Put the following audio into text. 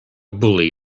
bully